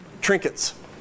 trinkets